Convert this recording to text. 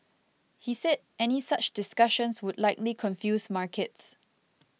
he said any such discussions would likely confuse markets